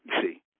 see